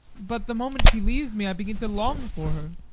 but the moment she leaves me, i begin to long for her